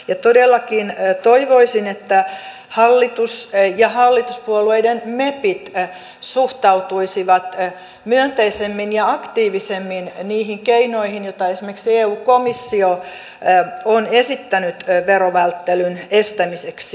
ja todellakin toivoisin että hallitus ja hallituspuolueiden mepit suhtautuisivat myönteisemmin ja aktiivisemmin niihin keinoihin joita esimerkiksi eu komissio on esittänyt verovälttelyn estämiseksi